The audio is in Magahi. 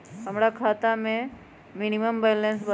हमरा खाता में मिनिमम बैलेंस बताहु?